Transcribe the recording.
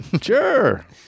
Sure